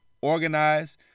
organize